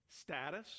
status